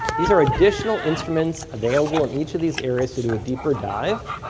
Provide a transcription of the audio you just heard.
these are addition fall instruments available in each of these areas to do a deeper dive.